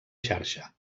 xarxa